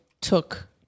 took